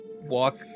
walk